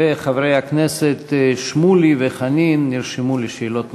וחברי הכנסת שמולי וחנין נרשמו לשאלות נוספות.